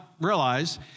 realize